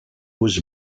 was